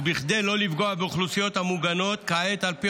וכדי שלא לפגוע באוכלוסיות המוגנות כעת על פי